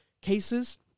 cases